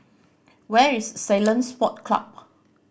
where is Ceylon Sport Club